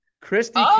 christy